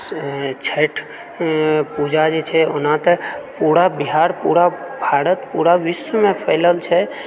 छठि पूजा जे छै ओना तऽ पूरा बिहार पूरा भारत पूरा विश्वमे फैलल छै